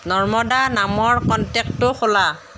নৰ্মদা নামৰ কণ্টেক্টটো খোলা